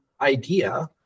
idea